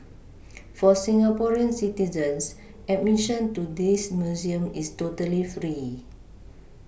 for Singaporean citizens admission to this Museum is totally free